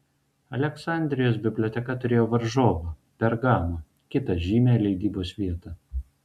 aleksandrijos biblioteka turėjo varžovą pergamą kitą žymią leidybos vietą